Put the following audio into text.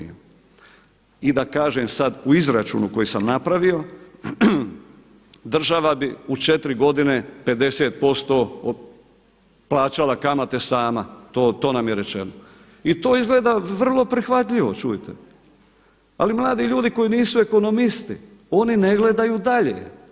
I da kažem sada u izračunu koji sam napravio, država bi u četiri godine 50% plaćala kamate sama, to nam je rečeno i to izgleda vrlo prihvatljivo čujte, ali mladi ljudi koji nisu ekonomisti oni ne gledaju dalje.